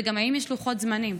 וגם, האם יש לוחות זמנים?